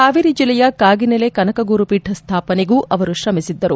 ಹಾವೇರಿ ಜಿಲ್ಲೆಯ ಕಾಗಿನೆಲೆ ಕನಕಗುರು ಪೀಠ ಸ್ಥಾಪನೆಗೂ ಅವರು ಶ್ರಮಿಸಿದ್ದರು